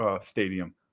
stadium